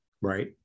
right